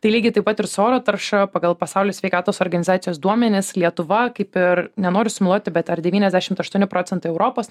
tai lygiai taip pat ir su oro tarša pagal pasaulio sveikatos organizacijos duomenis lietuva kaip ir nenoriu sumeluoti bet ar devyniasdešimt aštuoni procentai europos